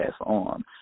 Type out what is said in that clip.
on